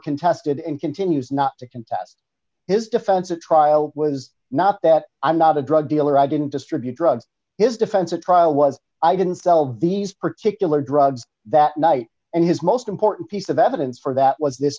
contested and continues not to contest his defense a trial was not that i'm not a drug dealer i didn't distribute drugs his defense a trial was i didn't sell these particular drugs that night and his most important piece of evidence for that was this